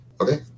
Okay